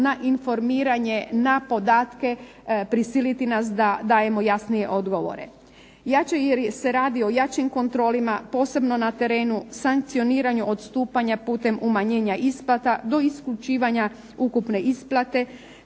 na informiranje, na podatke, prisiliti nas da damo jasnije odgovore. Jače jer se radi o jačim kontrolama, posebno na terenu sankcioniranja odstupanja putem umanjenja isplata do isključivanja ukupne isplate,